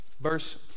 verse